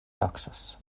taksas